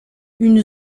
une